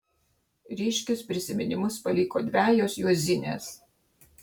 ryškius prisiminimus paliko dvejos juozinės